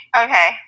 Okay